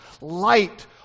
light